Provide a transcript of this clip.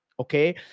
Okay